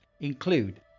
include